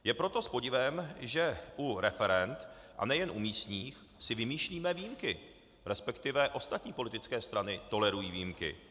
Je proto s podivem, že u referend, a nejen u místních, si vymýšlíme výjimky, resp. ostatní politické strany tolerují výjimky.